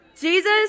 Jesus